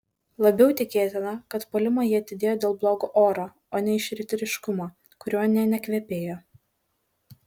labiau tikėtina kad puolimą jie atidėjo dėl blogo oro o ne iš riteriškumo kuriuo nė nekvepėjo